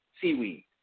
seaweed